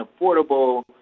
affordable